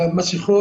מסיכות.